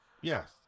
Yes